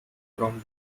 from